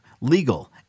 legal